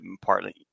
partly